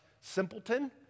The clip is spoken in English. simpleton